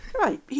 right